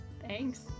thanks